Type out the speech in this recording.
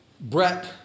Brett